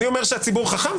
אני אומר שהציבור חכם,